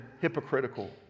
hypocritical